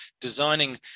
designing